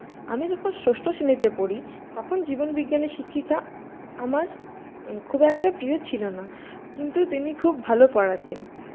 আমি যখন ষষ্ঠ শ্রেণীতে পড়ি তখন জীবনবিজ্ঞানের শিক্ষিকা আমার খুব একটা প্রিয় ছিল না কিন্তু তিনি খুব ভালো পড়াতেন